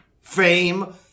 fame